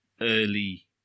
early